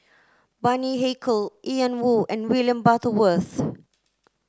Bani Haykal Ian Woo and William Butterworth